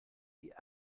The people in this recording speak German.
die